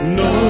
no